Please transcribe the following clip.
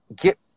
get